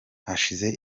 hashize